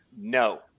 No